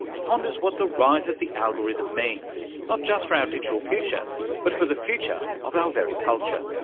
ponders what the rise of the algorithm means not just for our digital future but for the future of our very culture.